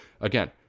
Again